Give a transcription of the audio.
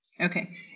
Okay